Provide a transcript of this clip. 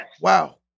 Wow